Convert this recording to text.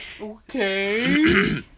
Okay